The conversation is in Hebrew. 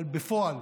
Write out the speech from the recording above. אבל בפועל